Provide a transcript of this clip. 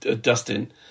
Dustin